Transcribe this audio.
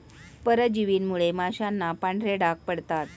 परजीवींमुळे माशांना पांढरे डाग पडतात